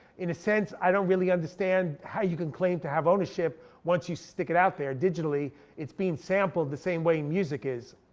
in a sense i don't really understand how you can claim to have ownership once you stick it out there digitally. it's being sampled the same way music is.